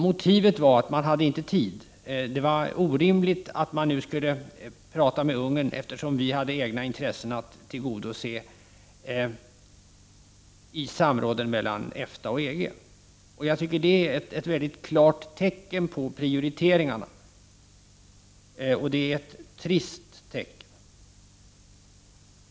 Motivet var att man inte hade tid; det var orimligt att man nu skulle tala med Ungern, eftersom man hade egna intressen att tillgodose i samråden mellan EFTA och EG. Det är ett 55 mycket klart tecken på vilka prioriteringar som görs, och det är ett trist tecken.